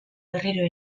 berriro